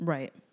Right